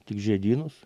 tik žiedynus